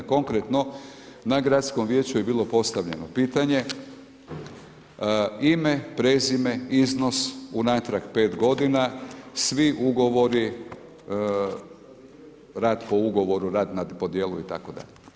Konkretno, na gradskom vijeću je postavljeno pitanje ime, prezime, iznos unatrag 5 g., svi ugovori, rad po ugovoru, rad po djelu, itd.